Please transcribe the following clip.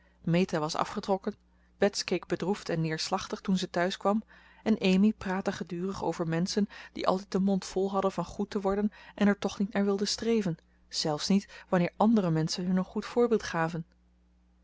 meta was afgetrokken bets keek bedroefd en neerslachtig toen ze thuiskwam en amy praatte gedurig over menschen die altijd den mond vol hadden van goed te worden en er toch niet naar wilden streven zelfs niet wanneer andere menschen hun een goed voorbeeld gaven